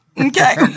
Okay